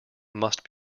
must